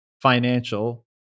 financial